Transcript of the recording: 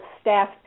staff